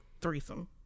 threesome